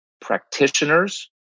practitioners